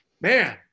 Man